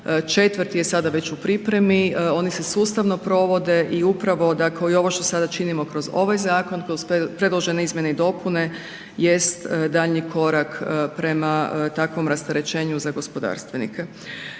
četvrti je sada već u pripremi, oni se sustavno provode i upravo dakle i ovo što sada činimo kroz ovaj zakon, kroz predložene izmjene i dopune jest daljnji korak prema takvom rasterećenju za gospodarstvenike.